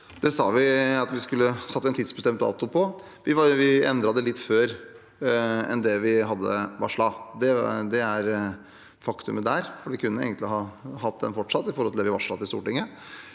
vi en tidsbestemt dato på. Vi endret det litt tidligere enn vi hadde varslet. Det er faktumet der. Vi kunne egentlig hatt det fortsatt, i henhold til det vi varslet til Stortinget.